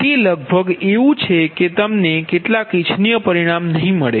તેથી તે લગભગ એવું છે કે તમને કેટલાક ઇચ્છનીય પરિણામ નહીં મળે